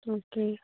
okay